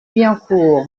billancourt